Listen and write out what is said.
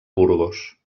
burgos